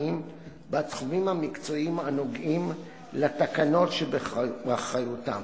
בתחומים המקצועיים הנוגעים לתקנות שבאחריותם.